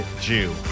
Jew